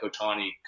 Otani